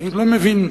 אני לא מבין.